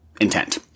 intent